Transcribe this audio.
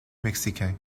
mexicain